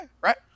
Right